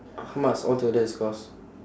how much all total it's cost